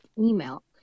email